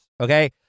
okay